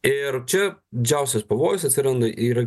ir čia didžiausias pavojus atsiranda yra